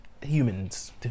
humans